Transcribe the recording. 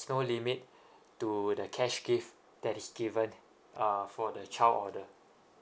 no limit to the cash gift that is given uh for the child order